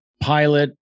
pilot